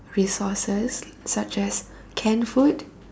resources such as canned food